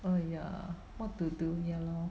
!aiya! what to do ya lor